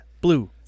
blue